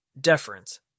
deference